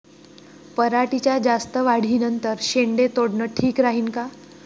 पराटीच्या जास्त वाढी नंतर शेंडे तोडनं ठीक राहीन का?